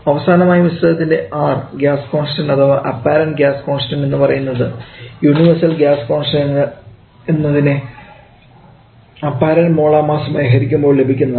അവസാനമായി മിശ്രിതത്തിൻറെ R gas constant അഥവാ അപ്പാരൻറ് ഗ്യാസ് കോൺസ്റ്റൻഡ് എന്നു പറയുന്നത് യൂണിവേഴ്സ്ൽ ഗ്യാസ് കോൺസ്റ്റൻഡ് എന്നതിനെ അപ്പാരൻറ് മോളാർ മാസുമായി ഹരിക്കുമ്പോൾ ലഭിക്കുന്നതാണ്